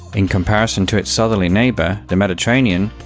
in comparison to its southerly neighbour, the mediterranean,